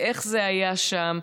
ואיך זה היה שם?